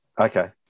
okay